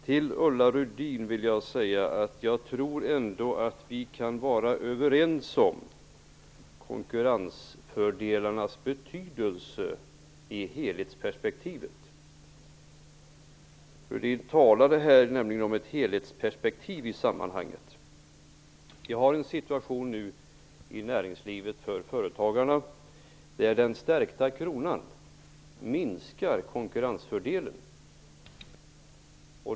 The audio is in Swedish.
Till Ulla Rudin vill jag säga att jag ändå tror att vi kan vara överens om konkurrensfördelarnas betydelse i helhetsperspektivet. Vi talade nämligen om ett helhetsperspektiv i sammanhanget. Vi har en situation för företagarna i näringslivet där den stärkta kronan minskar konkurrensfördelarna.